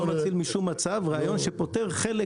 כן, לא מציל משום מצב, רעיון שפותר חלק